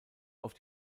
auf